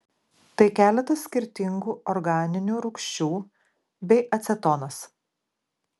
tai keletas skirtingų organinių rūgščių bei acetonas